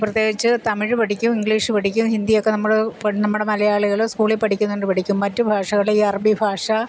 പ്രത്യേകിച്ച് തമിഴ് പഠിക്കും ഇംഗ്ലീഷ് പഠിക്കും ഹിന്ദിയെക്കെ നമ്മൾ നമ്മുടെ മലയാളികൾ സ്കൂളിൽ പഠിക്കുന്നുണ്ട് പഠിക്കും മറ്റ് ഭാഷകൾ ഈ അറബി ഭാഷ